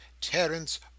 Terence